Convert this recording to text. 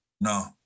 No